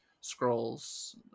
scrolls